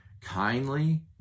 kindly